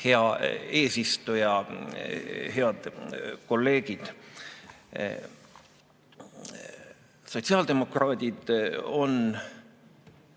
Hea eesistuja! Head kolleegid! Sotsiaaldemokraadid on